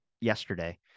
yesterday